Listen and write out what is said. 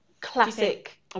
classic